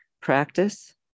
practice